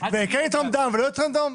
וכן לתרום דם או לא לתרום דם?